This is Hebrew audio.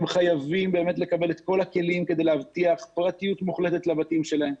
הם חייבים לקבל את כל הכלים כדי להבטיח פרטיות מוחלטת לבתים שלהם.